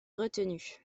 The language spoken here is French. retenu